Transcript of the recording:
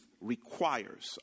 requires